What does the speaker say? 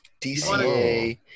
DCA